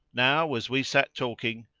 now as we sat talking,